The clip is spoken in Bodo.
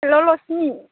हेल' लक्समि